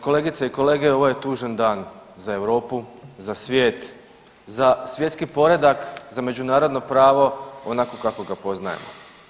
Kolegice i kolege ovo je tužan dan za Europu, za svije, za svjetski poredak, za međunarodno pravo onako kako ga poznajemo.